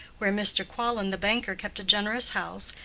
where mr. quallon the banker kept a generous house,